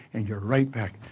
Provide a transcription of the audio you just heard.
and you're right back.